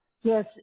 Yes